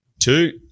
two